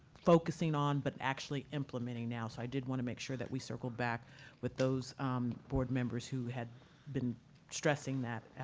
focusing on but actually implementing now. so i did want to make sure that we circle back with those board members who had been stressing that.